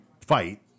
fight